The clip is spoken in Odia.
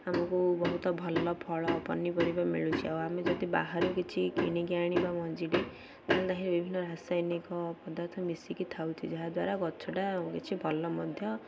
ଆମକୁ ବହୁତ ଭଲ ଫଳ ପନିପରିବା ମିଳୁଛି ଆଉ ଆମେ ଯଦି ବାହାରୁ କିଛି କିଣିକି ଆଣି ବା ମଞ୍ଜି ବି ତା'ହେଲେ ବିଭିନ୍ନ ରାସାୟନିକ ପଦାର୍ଥ ମିଶିକି ଥାଉଛି ଯାହାଦ୍ୱାରା ଗଛଟା କିଛି ଭଲ ମଧ୍ୟ